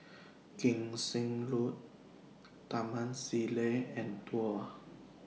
Kim Seng Road Taman Sireh and Duo